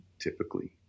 typically